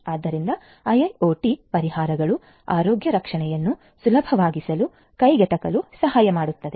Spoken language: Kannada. ಆದ್ದರಿಂದ ಐಐಒಟಿ ಪರಿಹಾರಗಳು ಆರೋಗ್ಯ ರಕ್ಷಣೆಯನ್ನು ಸುಲಭವಾಗಿಸಲು ಕೈಗೆಟುಕಲು ಸಹಾಯ ಮಾಡುತ್ತದೆ